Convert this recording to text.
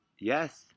yes